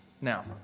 Now